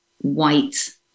white